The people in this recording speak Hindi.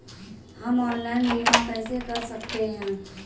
हम ऑनलाइन बीमा कैसे कर सकते हैं?